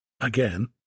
again